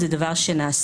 זה דבר שנעשה.